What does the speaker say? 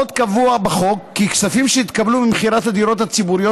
עוד קבוע בחוק כי כספים שהתקבלו ממכירת הדירות הציבוריות